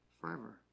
forever